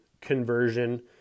conversion